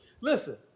Listen